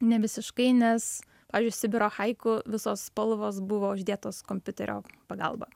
ne visiškai nes pavyzdžiui sibiro haiku visos spalvos buvo uždėtos kompiuterio pagalba